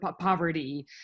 poverty